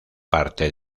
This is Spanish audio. parte